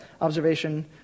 observation